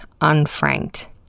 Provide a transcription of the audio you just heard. unfranked